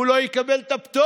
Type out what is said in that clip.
הוא לא יקבל את הפטור.